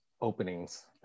openings